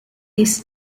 this